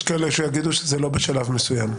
יש כאלה שיגידו שזה לא בשלב מסוים,